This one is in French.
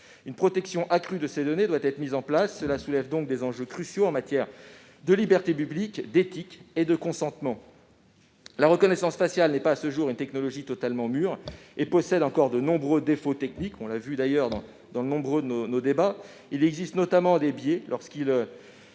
Une protection accrue de ces données doit être mise en place. Cela soulève donc des enjeux cruciaux en matière de libertés publiques, d'éthique et de consentement. La reconnaissance faciale n'est pas, à ce jour, une technologie totalement mûre et possède encore de nombreux défauts techniques, comme cela a été souligné au cours des débats. Il existe, notamment, des biais lorsqu'il